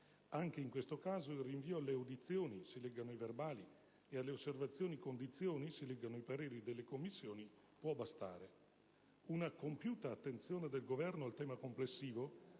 Anche in questo caso il rinvio alle audizioni (si leggano i verbali) e alle osservazioni (si leggano i pareri) delle Commissioni può bastare. Una compiuta attenzione del Governo al tema complessivo,